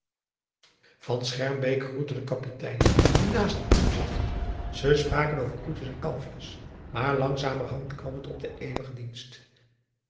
van schermbeek groette den kapitein die naast hem kwam zitten ze spraken over koetjes en kalfjes maar langzamerhand kwam het op den eeuwigen dienst